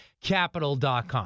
capital.com